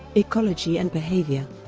ecology and behavior